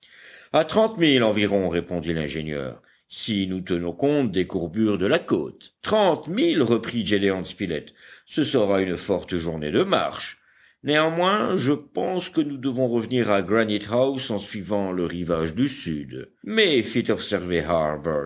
à trente milles environ répondit l'ingénieur si nous tenons compte des courbures de la côte trente milles reprit gédéon spilett ce sera une forte journée de marche néanmoins je pense que nous devons revenir à granitehouse en suivant le rivage du sud mais fit observer